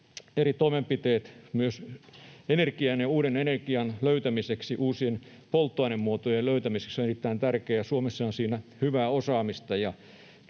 eri toimenpiteet myös energian ja uuden energian löytämiseksi, uusien polttoainemuotojen löytämiseksi ovat erittäin tärkeitä, ja Suomessa on siinä hyvää osaamista.